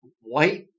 white